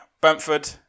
Bamford